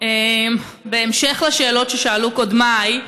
בהמשך לשאלות ששאלו קודמיי,